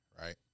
right